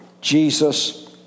Jesus